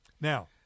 Now